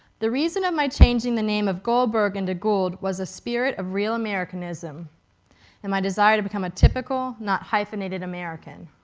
the reason of my changing the name of goldberg into gould was a spirit of real americanism and my desire to become a typical, not hyphenated, american.